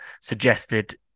suggested